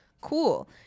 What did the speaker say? cool